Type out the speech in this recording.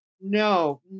No